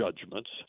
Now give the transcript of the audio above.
judgments